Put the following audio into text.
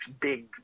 big